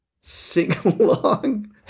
sing-along